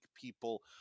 people